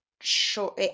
sure